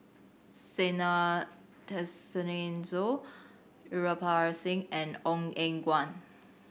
Zena Tessensohn Kirpal Singh and Ong Eng Guan